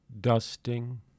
dusting